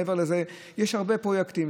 מעבר לזה, יש הרבה פרויקטים.